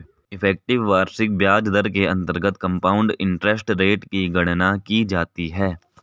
effective वार्षिक ब्याज दर के अंतर्गत कंपाउंड इंटरेस्ट रेट की गणना की जाती है